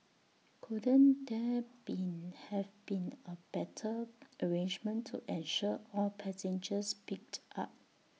couldn't there been have been A better arrangement to ensure all passengers picked up